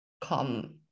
come